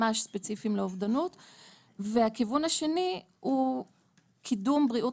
ממש ספציפיים לאובדנות והכיוון השני הוא קידום בריאות